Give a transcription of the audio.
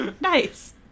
Nice